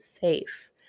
safe